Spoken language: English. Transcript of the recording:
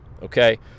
Okay